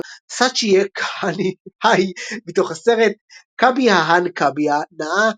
"Sachi Ye Kahani Hai" מתוך הסרט "Kabhi Haan Kabhi Naa"